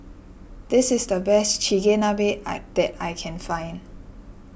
this is the best Chigenabe that I can find